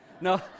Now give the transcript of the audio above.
No